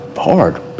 hard